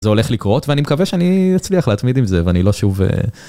זה הולך לקרות, ואני מקווה שאני אצליח להתמיד עם זה ואני לא שוב...